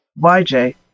YJ